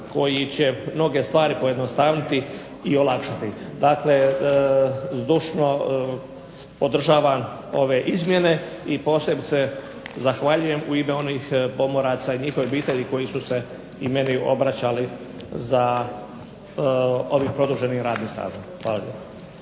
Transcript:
koji će mnoge stvari pojednostaviti i olakšati. Dakle, zdušno podržavam ove izmjene i posebice zahvaljujem u ime onih pomoraca i njihovih obitelji koji su se i meni obraćali za ovim produženim radnim stažom. Hvala